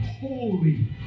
holy